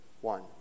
one